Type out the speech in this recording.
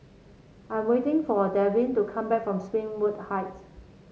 I am waiting for Devin to come back from Springwood Heights